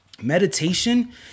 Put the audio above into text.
Meditation